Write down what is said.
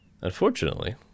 Unfortunately